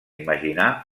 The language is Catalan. imaginar